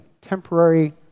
temporary